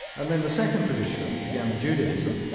and then the second tradition began with judaism,